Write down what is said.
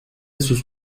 sus